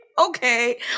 Okay